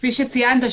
כפי שציינת,